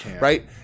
Right